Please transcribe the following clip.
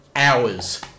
Hours